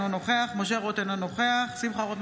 אינו נוכח משה רוט,